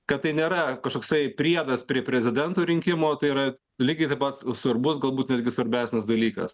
kad tai nėra kažkoksai priedas prie prezidento rinkimo tai yra lygiai taip pat svarbus galbūt netgi svarbesnis dalykas